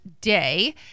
Day